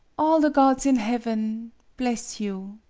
all the gods in heaven bless you,